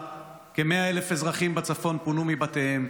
כ-100,000 אזרחים בצפון פונו מבתיהם,